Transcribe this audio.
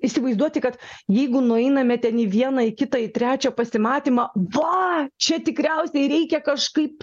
įsivaizduoti kad jeigu nueiname ten į vieną į kitą į trečią pasimatymą va čia tikriausiai reikia kažkaip